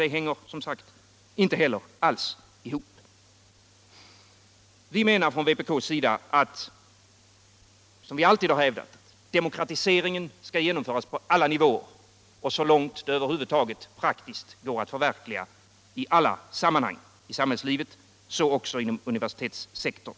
Detta hänger som sagt inte alls ihop. Vi menar på vpk:s sida — som vi alltid har hävdat — att demokratiseringen skall hjälpa oss på alla nivåer och så långt det över huvud taget praktiskt går att förverkliga den i alla sammanhang i samhällslivet, också inom universitetssektorn.